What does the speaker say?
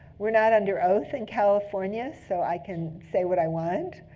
we're not under oath in california, so i can say what i want.